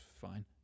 fine